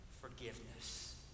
forgiveness